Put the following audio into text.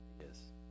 Yes